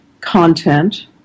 content